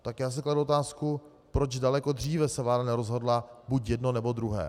Tak já si kladu otázku, proč daleko dříve se vláda nerozhodla buď jedno, nebo druhé.